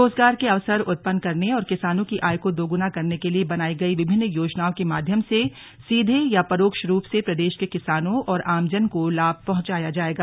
रोजगार के अवसर उत्पन्न करने और किसानों की आय को दोगुना करने के लिये बनाई गयी विभिन्न योजनाओं के माध्यम से सीधे या परोक्ष रूप से प्रदेश के किसानों और आमजन को लाभ पहुंचाया जायेगा